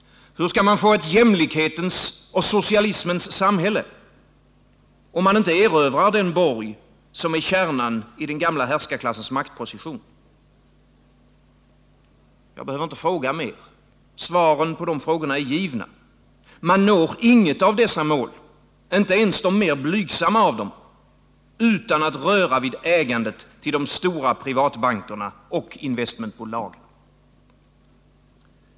Hur skall man få ett jämlikhetens och socialismens samhälle, om man inte erövrar den borg, som är kärnan i den gamla härskarklassens maktposition? Jag behöver inte fråga mer. Svaren på frågorna är givna. Man når inget av dessa mål, inte ens de mer blygsamma av dem, utan att röra vid ägandet till de stora privatbankerna och investmentbolagen.